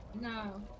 No